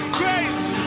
crazy